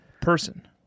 person